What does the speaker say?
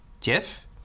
Jeff